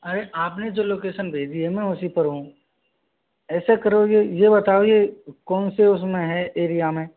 अरे आपने जो लोकेसन भेजी है मैं उसी पर हूँ ऐसे करोगे ये बताओ ये कौन से उसमें है एरिया में